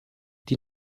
die